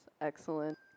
Excellent